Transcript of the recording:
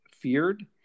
feared